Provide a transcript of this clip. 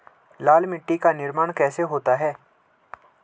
लाल मिट्टी का निर्माण कैसे होता है?